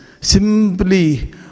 simply